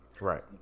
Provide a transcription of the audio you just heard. Right